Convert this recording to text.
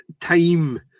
time